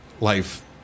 life